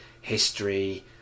history